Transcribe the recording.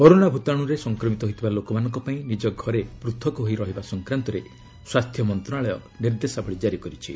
corona ଭୂତାଣୁରେ ସଂକ୍ରମିତ ହୋଇଥିବା ଲୋକମାନଙ୍କ ପାଇଁ ନିଜ ଘରେ ପୃଥକ ହୋଇ ରହିବା ସଂକ୍ରାନ୍ତରେ ସ୍ୱାସ୍ଥ୍ୟ ମନ୍ତ୍ରଣାଳୟ ନିର୍ଦ୍ଦେଶାବଳୀ ଜାରି କରିଛି